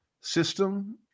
system